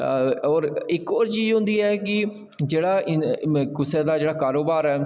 और इक होर चीज होंदी ऐ कि जेह्ड़ा कुसै दा जेह्ड़ा कारोबार ऐ